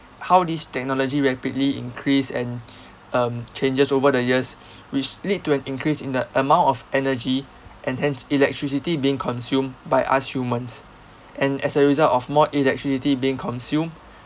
how this technology rapidly increase and um changes over the years which lead to an increase in the amount of energy and hence electricity being consumed by us humans and as a result of more electricity being consumed